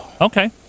Okay